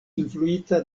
influita